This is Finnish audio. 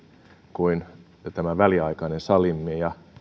kuin väliaikainen salimme ja